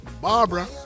Barbara